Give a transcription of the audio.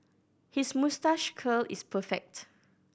his moustache curl is perfect